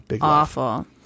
awful